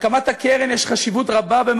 להקמת הקרן, ללא דיחוי, יש חשיבות רבה.